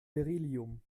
beryllium